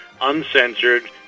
uncensored